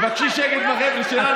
תבקשי שקט מהחבר'ה שלך.